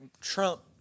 Trump